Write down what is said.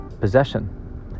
possession